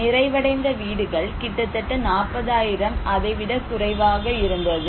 நிறைவடைந்த வீடுகள் கிட்டத்தட்ட 40 ஆயிரம் அதை விட குறைவாக இருந்தது